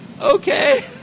okay